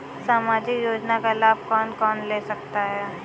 सामाजिक योजना का लाभ कौन कौन ले सकता है?